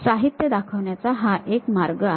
साहित्य दाखवण्याचा हा एक मार्ग आहे